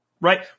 right